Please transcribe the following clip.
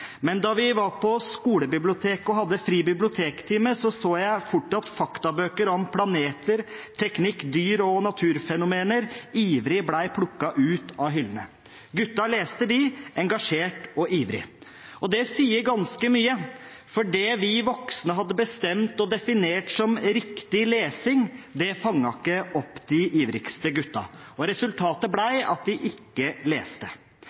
Men da vi var på skolebiblioteket og hadde fri bibliotektime, så jeg fort at faktabøker om planeter, teknikk, dyr og naturfenomener ivrig ble plukket ut av hyllene. Guttene leste dem engasjert og ivrig. Det sier ganske mye, for det vi voksne hadde bestemt og definert som riktig lesing, fanget ikke opp de ivrigste guttene. Resultatet ble at de ikke leste.